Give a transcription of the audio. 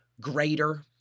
greater